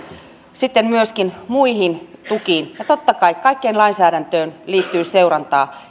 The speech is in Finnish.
sitten myöskin muihin tukiin totta kai kaikkeen lainsäädäntöön liittyy seurantaa